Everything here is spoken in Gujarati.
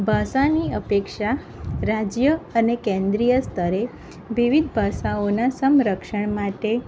ભાષાની અપેક્ષા રાજ્ય અને કેન્દ્રિય સ્તરે વિવિધ ભાષાઓનાં સંરક્ષણ માટે